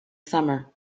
summer